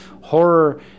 horror